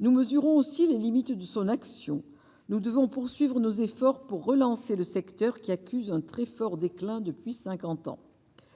nous mesurons aussi les limites de son action, nous devons poursuivre nos efforts pour relancer le secteur qui accuse un très fort déclin depuis 50 ans